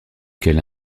quelle